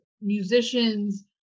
musicians